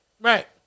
Right